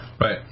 right